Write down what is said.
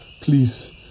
Please